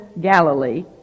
Galilee